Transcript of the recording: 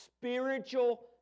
spiritual